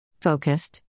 Focused